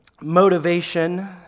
motivation